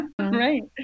Right